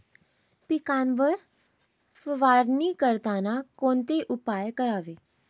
पिकांवर फवारणी करताना कोणते उपाय करावे लागतात?